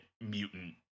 mutant